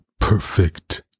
perfect